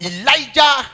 Elijah